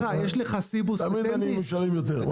תמיד אני משלם יותר.